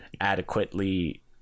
adequately